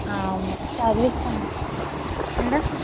చదివిస్తాం madam